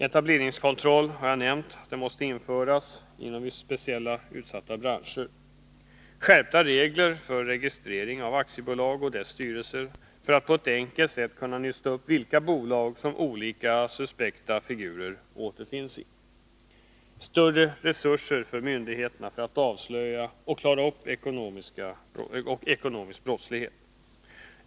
Etableringskontroll måste införas inom vissa, speciellt utsatta branscher; Skärpta regler för registrering av aktiebolag och dess styrelser för att på ett enkelt sätt kunna nysta upp vilka bolag som olika suspekta figurer återfinns 1. Större resurser för myndigheterna för att avslöja och klara upp ekonomisk brottslighet.